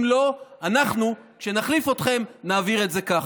אם לא, אנחנו, כשנחליף אתכם, נעביר את זה ככה.